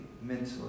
mentally